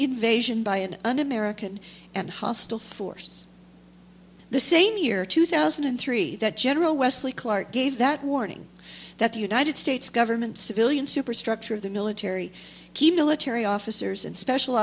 invasion by an un american and hostile force the same year two thousand and three that general wesley clark gave that warning that the united states government civilian superstructure of the military key military officers and special